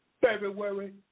February